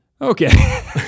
Okay